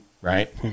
Right